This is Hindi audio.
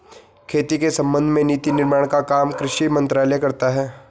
खेती के संबंध में नीति निर्माण का काम कृषि मंत्रालय करता है